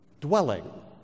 dwelling